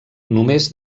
només